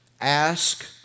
Ask